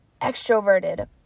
extroverted